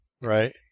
Right